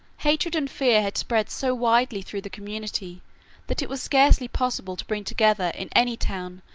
hatred and fear had spread so widely through the community that it was scarcely possible to bring together in any town,